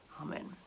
Amen